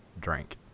drank